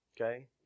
Okay